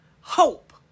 Hope